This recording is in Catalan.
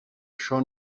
això